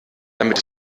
damit